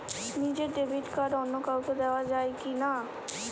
নিজের debit card অন্য কাউকে দেওয়া যায় কি না?